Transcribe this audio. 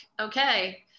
okay